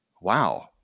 Wow